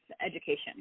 education